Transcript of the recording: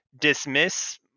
dismiss